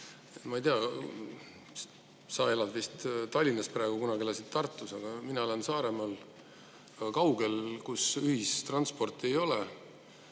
Ma ei tea, sa elad vist Tallinnas praegu, kunagi elasid Tartus, aga mina elan Saaremaal: väga kaugel, kus ühistransporti ei ole.